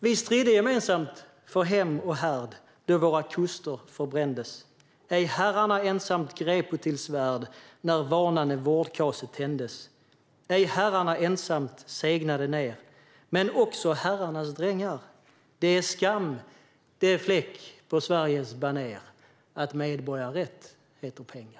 Vi stridde gemensamt för hem och härd, då våra kuster förbrändes. Ej herrarna ensamt grepo till svärd, när varnande vårdkase tändes. Ej herrarna ensamt segnade nermen också herrarnas drängar. Det är skam, det är fläck på Sveriges banér, att medborgarrätt heter pengar.